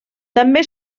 també